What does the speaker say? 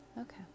Okay